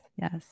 Yes